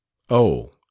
oh,